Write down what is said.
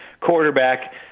quarterback